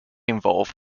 involve